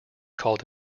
called